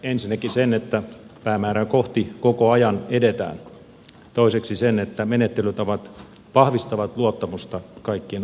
ensinnäkin sen että päämäärää kohti koko ajan edetään toiseksi sen että menettelytavat vahvistavat luottamusta kaikkien osapuolten kesken